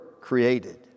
created